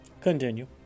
Continue